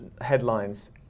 headlines